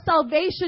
salvation